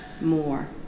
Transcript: more